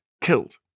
killed